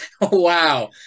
Wow